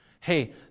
hey